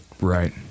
Right